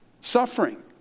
suffering